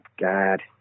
God